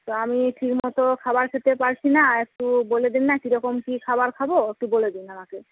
তো আমি ঠিক মতো খাবার খেতে পারছিনা আর একটু বলে দিন না কীরকম কী খাবার খাবো একটু বলে দিন আমাকে